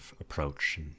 approach